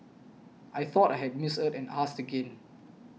I thought I had misheard and asked again